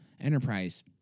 Enterprise